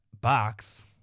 box